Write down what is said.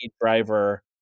driver